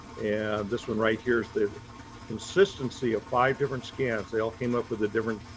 and this one right here is the consistency of five different scans. they all came up with a different